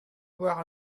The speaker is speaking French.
boire